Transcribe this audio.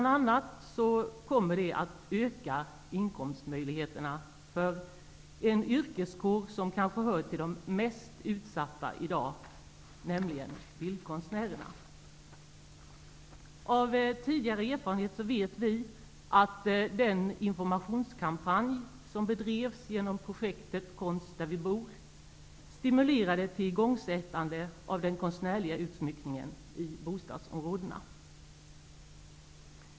Det kommer bl.a. att öka inkomstmöjligheterna för en yrkeskår som kanske hör till de mest utsatta i dag, nämligen bildkonstnärerna. Av tidigare erfarenhet vet vi att den informationskampanj som bedrevs genom projektet Konst där vi bor stimulerade till igångsättande av den konstnärliga utsmyckningen i bostadsområdena.